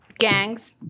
Gangs